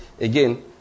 again